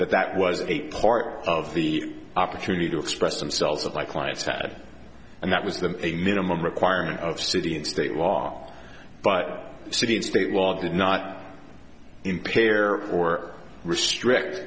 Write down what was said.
that that was a part of the opportunity to express themselves with my client's hat and that was them a minimum requirement of city and state law but city and state law did not impair or restrict